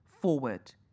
forward